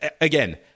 again